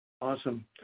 Awesome